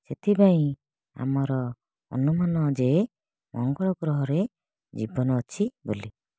ସେଥିପାଇଁ ଆମର ଅନୁମାନ ଯେ ମଙ୍ଗଳ ଗ୍ରହରେ ଜୀବନ ଅଛି ବୋଲି